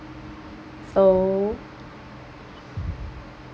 so